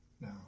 no